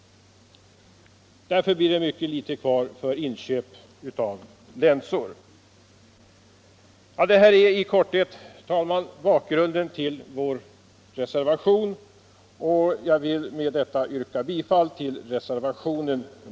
Därför blir det mycket litet kvar för inköp av länsor. Herr talman! Det här är i korthet bakgrunden till vår reservation nr 2, och jag vill med det anförda yrka bifall till denna.